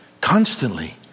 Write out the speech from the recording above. Constantly